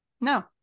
no